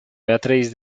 beatriz